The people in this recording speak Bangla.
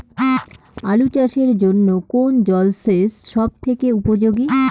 আলু চাষের জন্য কোন জল সেচ সব থেকে উপযোগী?